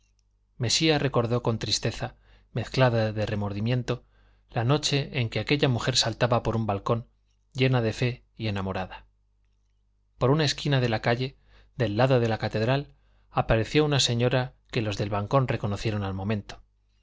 mesía recordó con tristeza mezclada de remordimiento la noche en que aquella mujer saltaba por un balcón llena de fe y enamorada por una esquina de la calle del lado de la catedral apareció una señora que los del balcón reconocieron al momento